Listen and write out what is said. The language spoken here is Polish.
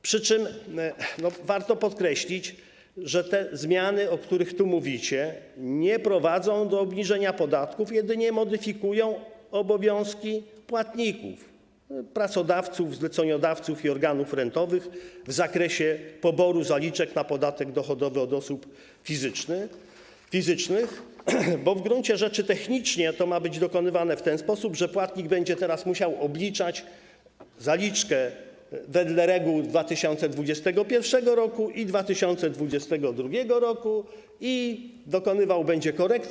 Przy czym warto podkreślić, że zmiany, o których mówicie, nie prowadzą do obniżenia podatków, a jedynie modyfikują obowiązki płatników, pracodawców, zleceniodawców i organów rentowych w zakresie poboru zaliczek na podatek dochodowy od osób fizycznych, bo w gruncie rzeczy technicznie to ma być dokonywane w ten sposób, że płatnik będzie teraz musiał obliczać zaliczkę wedle reguł z 2021 r. i 2022 r. i będzie dokonywał korekty.